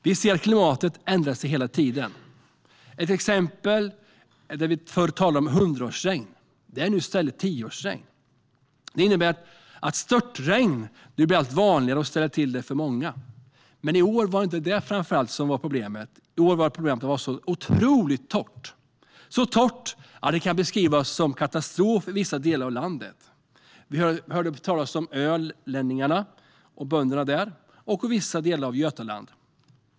Vi ser att klimatet ändrar sig hela tiden. Ett exempel är det som vi förr kallade hundraårsregn och som nu i stället är tioårsregn. Det innebär att störtregn blir allt vanligare och ställer till det för många. I år var det inte detta som framför allt var problemet, utan det var att det var otroligt torrt. Det var så torrt att det kan beskrivas som katastrof i vissa delar av landet. Vi hörde talas om Öland och bönderna där och vissa delar av Götaland.